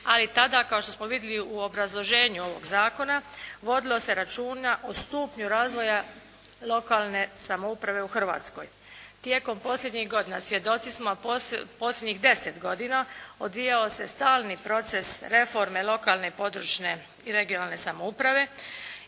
Ali tada kao što smo vidjeli u obrazloženju ovog zakona vodilo se računa o stupnju razvoja lokalne samouprave u Hrvatskoj. Tijekom posljednjih godina svjedoci smo posljednjih 10 godina odvijao se stalni proces reforme lokalne i područne i regionalne samouprave